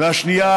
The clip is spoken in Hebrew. והשנייה